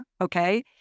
Okay